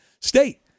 State